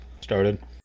started